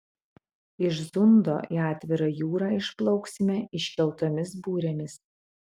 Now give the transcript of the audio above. iš zundo į atvirą jūrą išplauksime iškeltomis burėmis